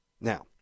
Now